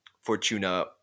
Fortuna